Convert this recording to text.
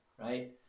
right